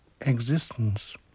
existence